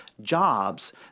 jobs